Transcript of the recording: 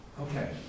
Okay